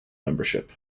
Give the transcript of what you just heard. membership